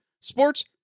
Sports